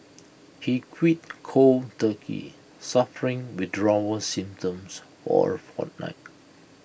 he quit cold turkey suffering withdrawal symptoms for A fortnight